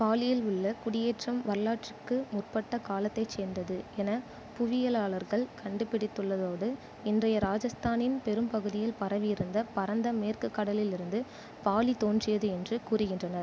பாலியில் உள்ள குடியேற்றம் வரலாற்றிற்கு முற்பட்டக் காலத்தைச் சேர்ந்தது என புவியியலாளர்கள் கண்டுபிடித்துள்ளதோடு இன்றைய ராஜஸ்தானின் பெரும்பகுதியில் பரவியிருந்த பரந்த மேற்குக் கடலில் இருந்து பாலி தோன்றியது என்று கூறுகின்றனர்